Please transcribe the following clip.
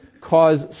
cause